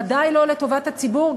ודאי לא לטובת הציבור,